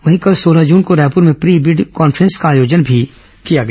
वहीं कल सोलह जून को रायपुर में प्री बिड कॉन्फ्रेंस का आयोजन भी किया गया